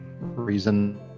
reason